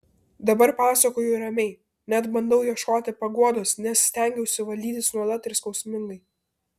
dabar pasakoju ramiai net bandau ieškoti paguodos nes stengiausi valdytis nuolat ir skausmingai